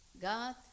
God